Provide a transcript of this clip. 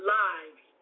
lives